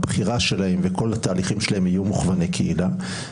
הבחירה שלהם וכל התהליכים שלהם יהיו מוכווני קהילה.